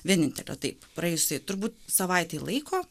vienintelio taip praėjusiai turbūt savaitei laiko